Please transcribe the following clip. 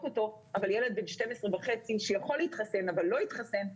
אותו אבל ילד בן 12 וחצי שיכול להתחסן אבל לא התחסן,